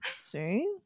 See